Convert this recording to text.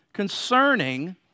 concerning